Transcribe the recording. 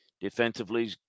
Defensively